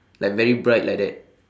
like very bright like that